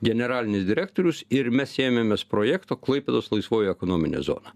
generalinis direktorius ir mes ėmėmės projekto klaipėdos laisvoji ekonominė zona